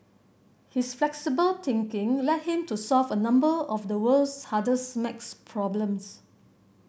his flexible thinking led him to solve a number of the world's hardest maths problems